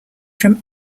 from